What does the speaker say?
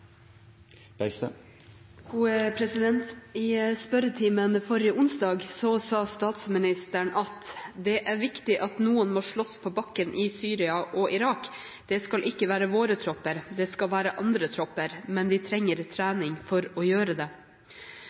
I spørretimen forrige onsdag sa statsministeren at det er viktig at noen sloss på bakken i Syria og i Irak. Det skal ikke være våre tropper, det skal være andre tropper, men de trenger trening for å gjøre det.